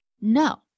no